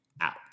out